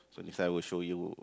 so next time I will show you